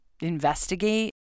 investigate